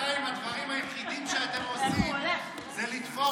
בינתיים הדברים היחידים שאתם עושים זה לתפור